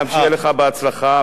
גם שיהיה לך בהצלחה,